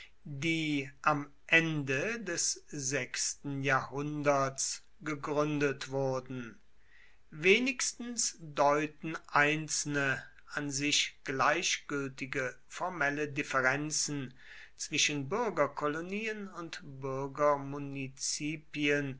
die am ende des sechsten jahrhunderts gegründet wurden wenigstens deuten einzelne an sich gleichgültige formelle differenzen zwischen bürgerkolonien und